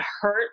hurt